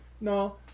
No